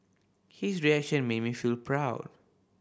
his reaction made me feel proud